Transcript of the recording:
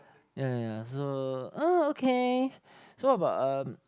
ya yeah yeah so uh okay so about um